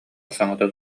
саҥата